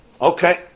Okay